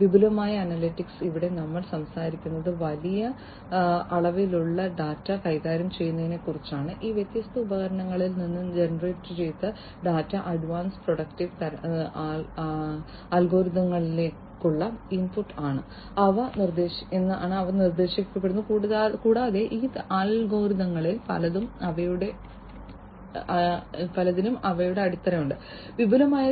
വിപുലമായ അനലിറ്റിക്സ് ഇവിടെ നമ്മൾ സംസാരിക്കുന്നത് വലിയ അളവിലുള്ള ഡാറ്റ കൈകാര്യം ചെയ്യുന്നതിനെക്കുറിച്ചാണ് ഈ വ്യത്യസ്ത ഉപകരണങ്ങളിൽ നിന്ന് ജനറേറ്റുചെയ്ത ഡാറ്റ അഡ്വാൻസ്ഡ് പ്രെഡിക്റ്റീവ് അൽഗോരിതങ്ങളിലേക്കുള്ള ഇൻപുട്ട് ആണ് അവ നിർദ്ദേശിക്കപ്പെടുന്നു കൂടാതെ ഈ അൽഗരിതങ്ങളിൽ പലതിനും അവയുടെ അടിത്തറയുണ്ട് വിപുലമായ